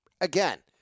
Again